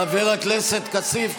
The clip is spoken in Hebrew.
חבר הכנסת כסיף,